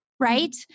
right